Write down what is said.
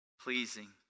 pleasing